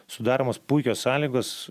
sudaromos puikios sąlygos